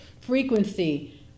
frequency